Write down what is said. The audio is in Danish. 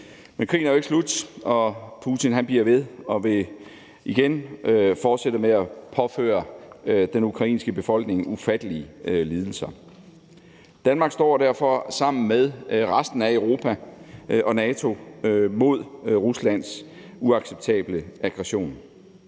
Men krigen er jo ikke slut, og Putin bliver ved og vil igen fortsætte med at påføre den ukrainske befolkning ufattelige lidelser. Danmark står derfor sammen med resten af Europa og NATO mod Ruslands uacceptable aggression.